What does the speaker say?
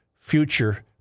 future